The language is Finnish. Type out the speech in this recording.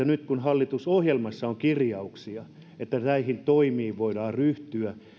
nyt kun hallitusohjelmassa on kirjauksia että näihin toimiin voidaan ryhtyä